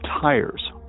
tires